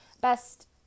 best